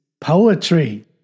Poetry